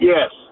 Yes